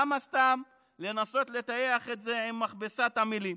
למה סתם לנסות לטייח את זה במכבסת מילים?